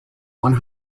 one